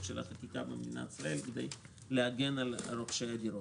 של החקיקה במדינת ישראל כדי להגן על רוכשי הדירות.